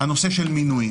זה הנושא של מינויים.